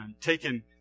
taken